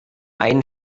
ein